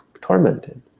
tormented